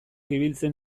ibiltzen